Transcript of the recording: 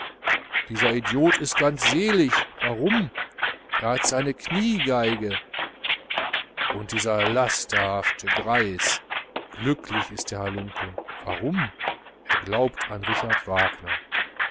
dieser idiot ist ganz selig warum er hat seine kniegeige und dieser lasterhafte greis glücklich ist der halunke warum er glaubt an richard wagner